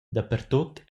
dapertut